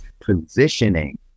positioning